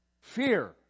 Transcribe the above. fear